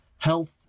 health